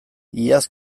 iaz